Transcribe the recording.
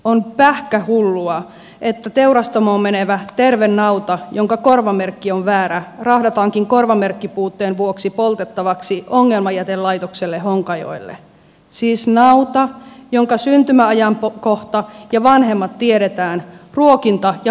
on pähkähullua että teurastamoon menevä terve nauta jonka korvamerkki on väärä rahdataankin korvamerkkipuutteen vuoksi poltettavaksi ongelmajätelaitokselle honkajoelle siis nauta jonka syntymäajankohta ja vanhemmat tiedetään ruokinta ja hoito tiedetään